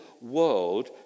world